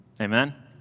Amen